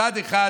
מצד אחד